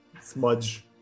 smudge